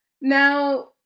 Now